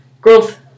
growth